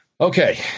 Okay